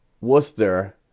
Worcester